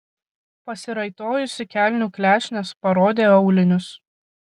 pasiraitojusi kelnių klešnes parodė aulinius